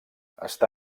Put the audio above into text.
està